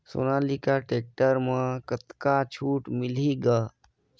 Sonalika tractor म कतका छूट मिलही ग?